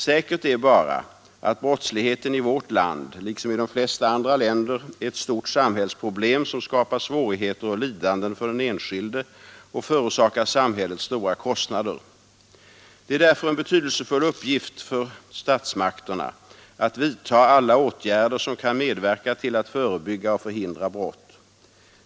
Säkert är bara att brottsligheten i vårt land liksom i de flesta andra länder är ett stort samhällsproblem, som skapar svårigheter och lidanden för den enskilde och förorsakar samhället stora kostnader. Det är därför en betydelsefull uppgift för statsmakterna att vidta alla åtgärder som kan medverka till att förebygga och förhindra brott.